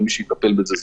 ומי שמטפל בזה,